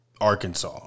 Arkansas